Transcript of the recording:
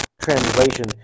translation